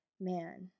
man